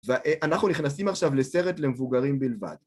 ואנחנו נכנסים עכשיו לסרט למבוגרים בלבד.